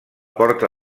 porta